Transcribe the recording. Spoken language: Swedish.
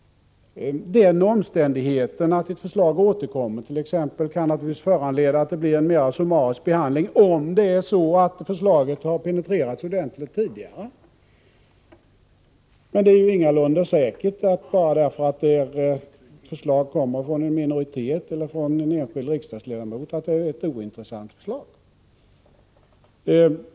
Den omständigheten att ett förslag återkommer kan naturligtvis föranleda att det blir en mera summarisk behandling, om förslaget har penetrerats ordentligt tidigare. Men det är ju ingalunda säkert, bara därför att ett förslag kommer från en minoritet eller från en enskild riksdagsledamot, att det är ett ointressant förslag.